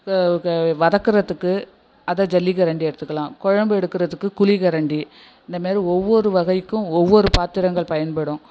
வதக்குறதுக்கு அதை ஜல்லிக்கரண்டி எடுத்துக்கலாம் குழம்பு எடுக்குறதுக்கு குழிக்கரண்டி இந்தமாரி ஒவ்வொரு வகைக்கும் ஒவ்வொரு பாத்திரங்கள் பயன்படும்